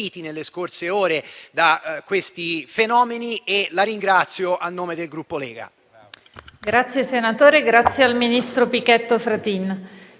nelle scorse ore da questi fenomeni, e la ringrazio a nome del Gruppo Lega.